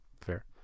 Fair